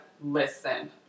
Listen